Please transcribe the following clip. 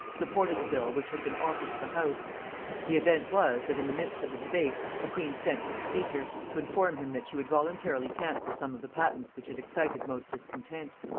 supported the bill which had been offered to the house the event was, that in the midst of the debate the queen sent for the speaker, to inform him that she would voluntarily cancel some of the patents which had excited most discontent.